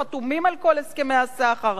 חתומים על כל הסכמי הסחר,